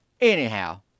anyhow